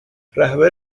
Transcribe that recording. رهبر